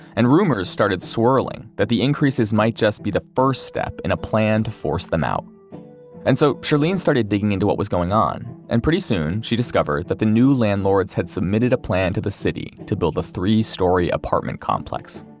and rumors started swirling that the increases might just be the first step in a plan to force them out and so, shirlene started digging into what was going on. and pretty soon, she discovered that the new landlords had submitted a plan to the city, to build a three-story apartment complex,